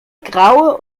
graue